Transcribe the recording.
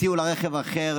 הציעו לה רכב אחר.